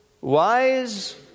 wise